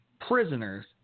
prisoners